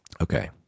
Okay